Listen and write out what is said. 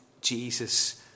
Jesus